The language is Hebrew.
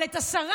אבל את השרה,